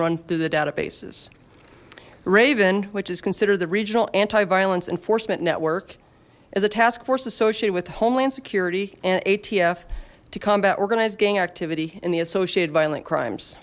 run through the databases ravin which is considered the regional anti violence enforcement network as a task force associated with homeland security and atf to combat organized gang activity in the associated violent crimes